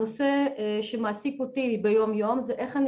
הנושא שמעסיק אותי ביום יום זה איך אני